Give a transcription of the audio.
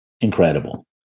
incredible